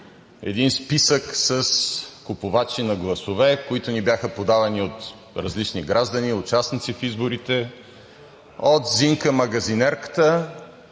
един списък с купувачи на гласове, които ни бяха подавани от различни граждани, участници в изборите – от Зинка магазинерката